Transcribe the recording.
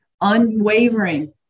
unwavering